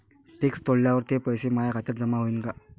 Fix तोडल्यावर ते पैसे माया खात्यात जमा होईनं का?